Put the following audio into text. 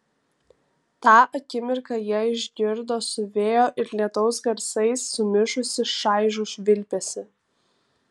tą akimirką jie išgirdo su vėjo ir lietaus garsais sumišusį šaižų švilpesį